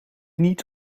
niet